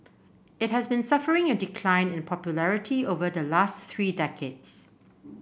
it has been suffering a decline in popularity over the last three decades